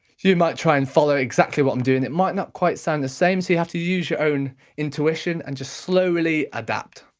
you might try and follow exactly what i'm doing, it might not quite sound the same, so you have to use your own intuition and just slowly adapt.